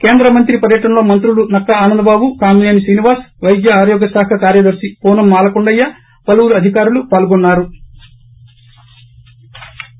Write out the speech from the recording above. కేంద్ర మంత్రి పర్యటనలో మంత్రులు నక్కా ఆనందబాబు కామినేని శ్రీనివాస్ వైద్య ఆరోగ్య శాఖ కార్యదర్తి పూనం మాలకొండయ్య పలువురు అధికారులు పాల్గొన్నారు